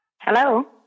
Hello